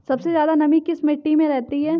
सबसे ज्यादा नमी किस मिट्टी में रहती है?